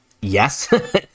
yes